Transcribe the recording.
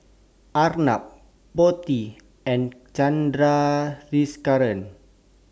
Arnab Potti and Chandrasekaran